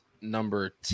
number